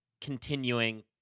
continuing